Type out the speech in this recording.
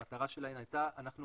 המטרה שלהן הייתה, גם